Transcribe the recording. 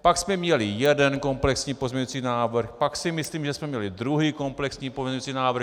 Pak jsme měli jeden komplexní pozměňující návrh, pak si myslím, že jsme měli druhý komplexní pozměňující návrh.